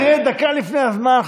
תראה, דקה לפי הזמן.